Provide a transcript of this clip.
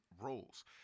roles